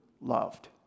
loved